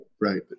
right